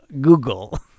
Google